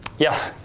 yes?